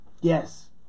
Yes